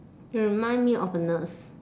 you remind me of a nurse